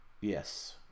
Yes